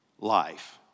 life